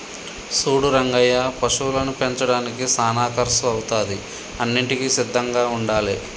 సూడు రంగయ్య పశువులను పెంచడానికి సానా కర్సు అవుతాది అన్నింటికీ సిద్ధంగా ఉండాలే